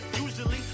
usually